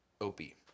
Opie